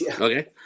Okay